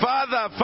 Father